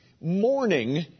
Mourning